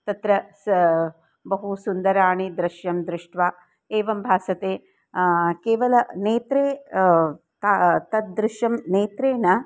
तत्र स बहु सुन्दराणि दृश्यं दृष्ट्वा एवं भासते केवलं नेत्रे ता तद्दृश्यं नेत्रेण